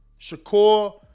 Shakur